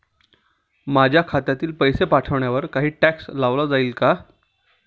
माझ्या खात्यातील पैसे पाठवण्यावर काही टॅक्स लावला जाईल का?